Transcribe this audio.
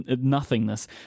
nothingness